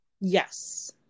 Yes